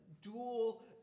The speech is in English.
dual